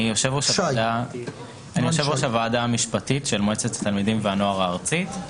אני יושב-ראש הוועדה המשפטית של מועצת התלמידים והנוער הארצית.